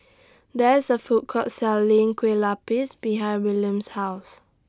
There IS A Food Court Selling Kueh Lupis behind Wiliam's House